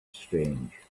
strange